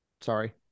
Sorry